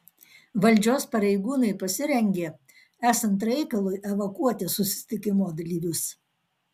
valdžios pareigūnai pasirengė esant reikalui evakuoti susitikimo dalyvius